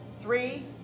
three